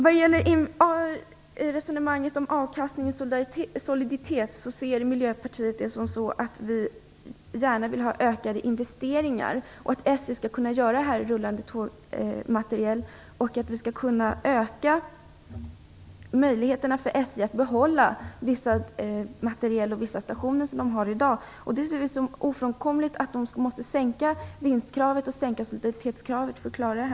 Vad gäller resonemanget om avkastning och soliditet kan jag säga att Miljöpartiet gärna vill ha ökade investeringar. Vi vill öka möjligheterna för SJ att behålla visst materiel och vissa av de stationer man har i dag. Vi anser att det är ofrånkomligt att sänka vinstkravet och soliditetskravet för att klara det.